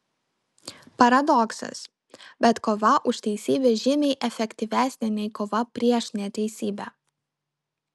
paradoksas bet kova už teisybę žymiai efektyvesnė nei kova prieš neteisybę